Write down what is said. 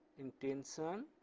in tension,